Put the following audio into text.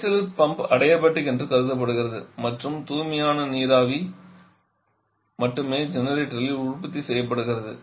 கரைசல் pump adiabatic என்று கருதப்படுகிறது மற்றும் தூய்மையான நீராவி மட்டுமே ஜெனரேட்டரில் உற்பத்தி செய்யப்படுகிறது